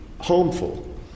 harmful